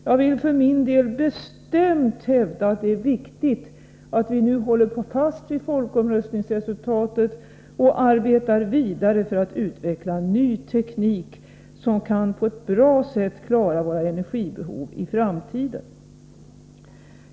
Jag vill för min del bestämt hävda att det är viktigt att vi nu håller fast vid folkomröstningsresultatet och arbetar vidare för att utveckla ny teknik som på ett bra sätt kan klara våra energibehov i framtiden.